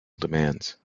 demands